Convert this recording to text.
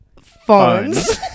phones